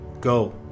Go